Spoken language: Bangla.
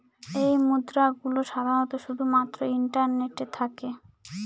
এই মুদ্রা গুলো সাধারনত শুধু মাত্র ইন্টারনেটে থাকে